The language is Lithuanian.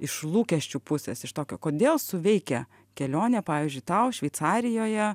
iš lūkesčių pusės iš tokio kodėl suveikia kelionė pavyzdžiui tau šveicarijoje